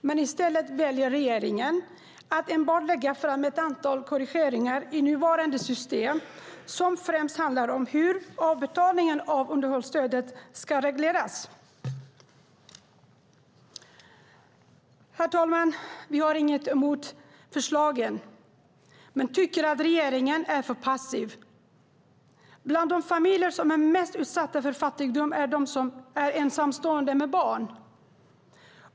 Men i stället väljer regeringen att enbart lägga fram ett antal korrigeringar i nuvarande system som främst handlar om hur avbetalningen av underhållsstödet ska regleras. Herr talman! Vi har inget emot förslagen, men vi tycker att regeringen är för passiv. Bland de familjer som är mest utsatta för fattigdom finns de som är ensamstående med barn.